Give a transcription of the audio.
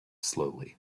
slowly